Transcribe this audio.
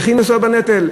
הם צריכים לשאת בנטל?